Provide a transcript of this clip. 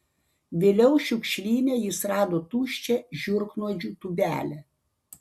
vėliau šiukšlyne jis rado tuščią žiurknuodžių tūbelę